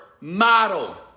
model